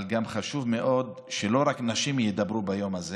אבל גם חשוב מאוד שלא רק נשים ידברו ביום הזה